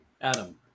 Adam